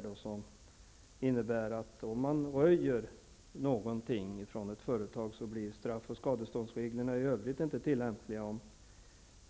Den innebär att om man röjer någonting om ett företag blir straffoch skadeståndsreglerna inte tillämpliga om